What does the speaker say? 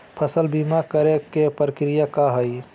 फसल बीमा करे के प्रक्रिया का हई?